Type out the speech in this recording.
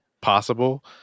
possible